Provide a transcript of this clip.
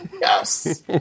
Yes